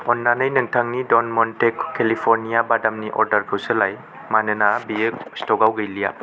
अन्नानै नोंथांनि डन मन्टे केलिफर्निया बादामनि अर्डारखौ सोलाय मानोना बेयो स्टकआव गैलिया